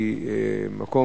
היא מקום,